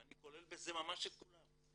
ואני כולל בזה ממש את כולם.